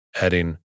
adding